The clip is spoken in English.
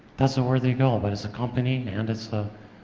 that's a worthy goal, but it's a company, and it's ah